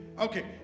Okay